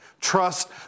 Trust